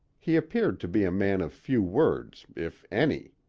he appeared to be a man of few words, if any.